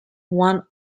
one